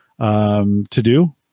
to-do